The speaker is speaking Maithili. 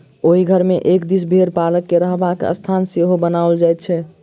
ओहि घर मे एक दिस भेंड़ पालक के रहबाक स्थान सेहो बनाओल जाइत छै